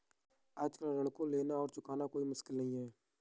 आजकल ऋण को लेना और चुकाना कोई मुश्किल नहीं है